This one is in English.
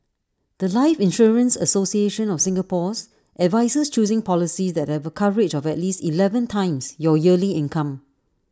The Life insurance association of Singapore's advises choosing policies that have A coverage of at least Eleven times your yearly income